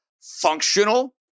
functional